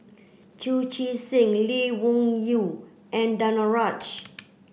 Chu Chee Seng Lee Wung Yew and Danaraj